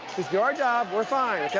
your job, we're fine.